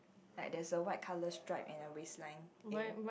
like there's a white colour stripe at the waistline area